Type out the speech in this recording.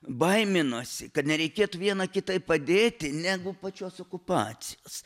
baiminosi kad nereikėtų viena kitai padėti negu pačios okupacijos